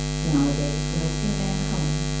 nowadays, when they see a man coming,